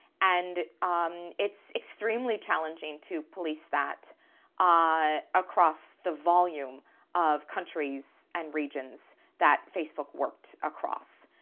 and um it's extremely challenging to police that um across the volume of countries and regions that facebook worked across.